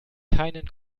keinen